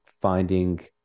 finding